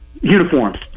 uniforms